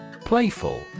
Playful